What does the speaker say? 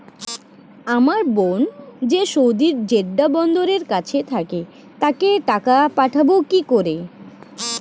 আমার বোন যে সৌদির জেড্ডা বন্দরের কাছে থাকে তাকে টাকা পাঠাবো কি করে?